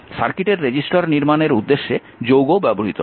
সার্কিটের রেজিস্টার নির্মাণের উদ্দেশ্যে যৌগ ব্যবহৃত হয়